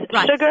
Sugar